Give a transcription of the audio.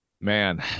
Man